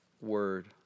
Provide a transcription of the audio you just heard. word